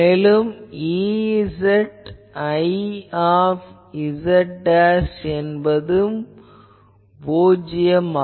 மேலும் Ez iz என்பதும் பூஜ்யம்